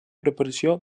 preparació